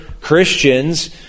Christians